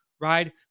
Right